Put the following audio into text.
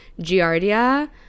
giardia